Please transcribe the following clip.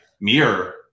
mirror